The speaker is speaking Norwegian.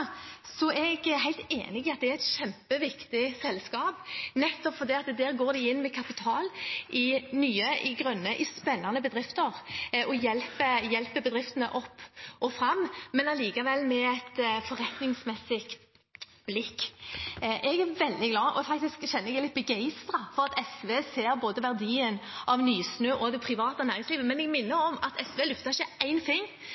er jeg helt enig i at det er et kjempeviktig selskap, nettopp fordi de går inn med kapital i nye, grønne og spennende bedrifter og hjelper dem opp og fram, men allikevel med et forretningsmessig blikk. Jeg er veldig glad for at SV ser verdien av både Nysnø og det private næringsliv, men jeg minner